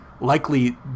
likely